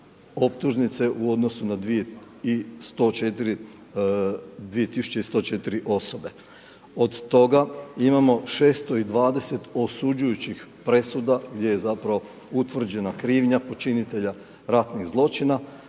optužnice u odnosu na 2104 osobe, od toga imamo 620 osuđujućih presuda gdje je zapravo utvrđena krivnja počinitelja ratnih zločina,